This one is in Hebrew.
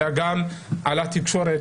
אלא גם על התקשורת,